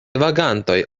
vagantoj